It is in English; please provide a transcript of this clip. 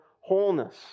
wholeness